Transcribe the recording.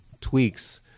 tweaks